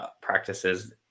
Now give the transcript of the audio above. practices